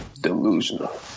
delusional